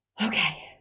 Okay